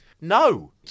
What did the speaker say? No